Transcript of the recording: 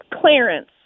Clarence